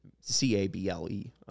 c-a-b-l-e